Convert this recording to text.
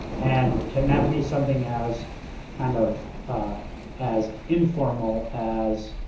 and can that be something as kind of as informal as